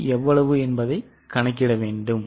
PBT எவ்வளவு என்பதை கணக்கிட வேண்டும்